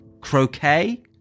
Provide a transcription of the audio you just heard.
croquet